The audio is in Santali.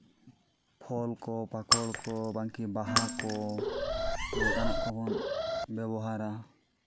ᱯᱷᱚᱞ ᱠᱚ ᱯᱟᱠᱚᱲ ᱠᱚ ᱵᱟᱝᱠᱤ ᱵᱟᱦᱟ ᱠᱚ ᱱᱚᱝᱠᱟᱱᱟᱜ ᱠᱚᱵᱚᱱ ᱵᱮᱵᱚᱦᱟᱨᱟ